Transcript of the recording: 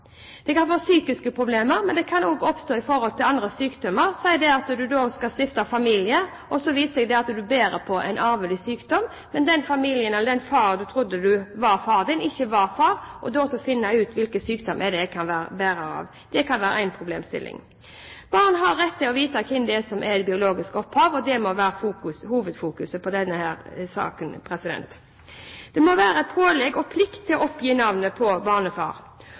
Det kan føre til psykiske problemer dersom en ikke vet det, men det kan også føre til andre sykdommer. La oss si at en skal stifte familie. Så viser det seg at en er bærer av en arvelig sykdom. Men den faren en trodde var faren, er ikke faren, og en må da finne ut hvilken sykdom en kan være bærer av. Det kan være en problemstilling. Barn har rett til å vite hvem som er biologisk opphav. Det må være hovedfokuset i denne saken. Det må være et pålegg om og en plikt til å oppgi navnet på